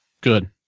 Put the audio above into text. good